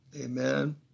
amen